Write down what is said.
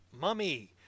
mummy